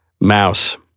Mouse